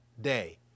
day